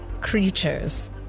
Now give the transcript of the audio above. creatures